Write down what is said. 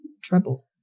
treble